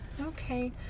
okay